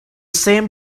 same